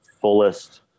fullest